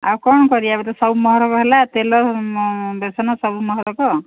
ଆଉ କ'ଣ କରିବା ତ ସବୁ ମହରକ ହେଲା ତେଲ ବେସନ ସବୁ ମହରକ